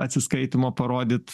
atsiskaitymo parodyt